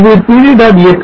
இது pv